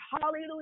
hallelujah